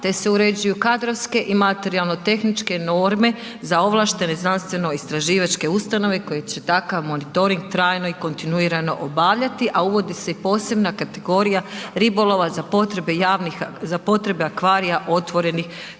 te se uređuju kadrovske i materijalno-tehničke norme za ovlaštene znanstveno-istraživačke ustanove koje će takav monitorin trajno i kontinuirano obavljati, a uvodi se i posebna kategorija ribolova za potrebe javnih, za potrebe akvarija